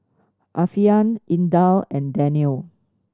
Alfian Indah and Danial